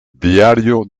diario